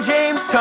James